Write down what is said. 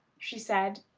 she said,